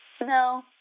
No